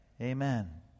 Amen